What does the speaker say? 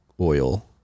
oil